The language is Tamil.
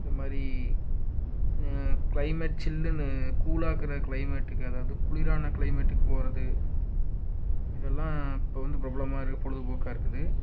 இது மாதிரி கிளைமேட் சில்லுன்னு கூலாக்குகிற கிளைமேட்டுக்கு அதாவது குளிரான கிளைமேட்டுக்கு போகிறது இதெல்லாம் இப்போ வந்து பிரபலமாக இருக்க பொலுதுபோக்கா இருக்குது